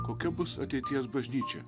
kokia bus ateities bažnyčia